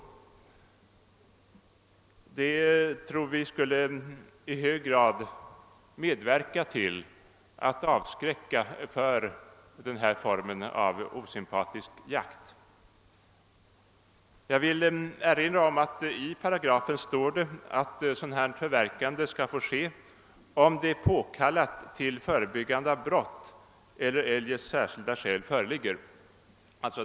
Detta tror vi i hög grad skulle medverka till att avskräcka från denna form av osympatisk jakt. Jag vill erinra om att i paragrafen står att sådana hjälpmedel får förklaras förverkade om det är påkallat till förebyggande av brott eller eljest särskilda skäl förelig ger.